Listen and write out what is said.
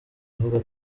avuga